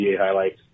highlights